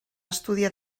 estudiar